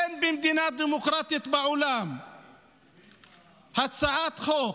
אין במדינה דמוקרטית בעולם הצעת חוק